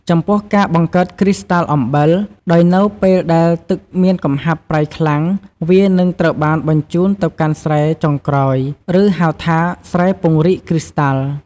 ចំពោះ ការបង្កើតគ្រីស្តាល់អំបិល ដោយនៅពេលដែលទឹកមានកំហាប់ប្រៃខ្លាំង វានឹងត្រូវបានបញ្ជូនទៅកាន់ស្រែចុងក្រោយ ឬហៅថាស្រែពង្រីកគ្រីស្តាល់។